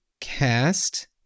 cast